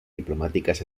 diplomáticas